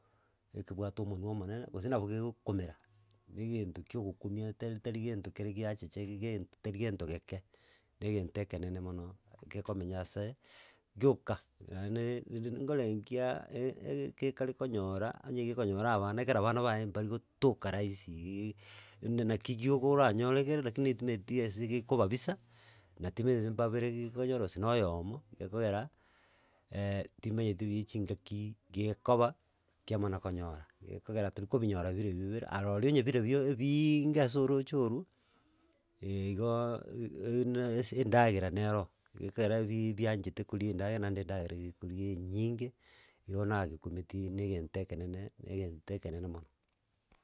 Ekebwate omonu omonene, gose nabo gegokomera, na egento kia ogokumia tari tari gento kere giachecha ige gento tari gento geke, na egento ekenene mono, egekomenya ase gioka, naendeee riri nkorengiaa e- e ekekare konyora, onye gekonyora abana, ekere abana baye mbarigotoka rahisi iiigiii, naki gioka oranyore kere lakini timaeti ase gekobabisa, natimaeti bambere geko oyore gose na oyomo, egekogera, timaeti bi chingaki gekoba, kiamana konyora gekogera tori kobinyora bire bibere arorio onye bire bio ebiiiinge ase oroche oru, igo u- u- na ase endagera nero, ekere bi bianchete koria endagera naende endagera gekoria enyinge igo nagekumetie na egento ekenene, na egento ekenene mono.